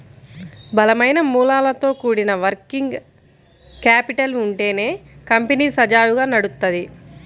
బలమైన మూలాలతో కూడిన వర్కింగ్ క్యాపిటల్ ఉంటేనే కంపెనీ సజావుగా నడుత్తది